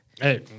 Hey